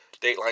Dateline